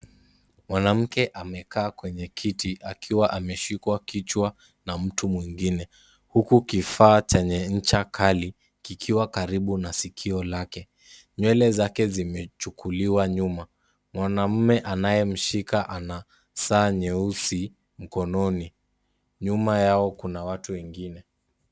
Mwanamke amekaa kwenye kiti akiwa ameshikwa kichwa na mtu mwingine, huku kifaa chenye ncha kali kikiwa karibu na sikio lake, nywele zake zimechukuliwa nyuma, mwanamume anayemshika ana saa nyeusi mkononi, nyuma yao kuna watu wengine.